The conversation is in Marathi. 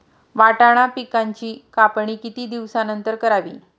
वाटाणा पिकांची कापणी किती दिवसानंतर करावी?